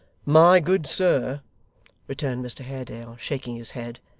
my good sir returned mr haredale, shaking his head,